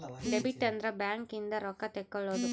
debit ಅಂದ್ರ bank ಇಂದ ರೊಕ್ಕ ತೆಕ್ಕೊಳೊದು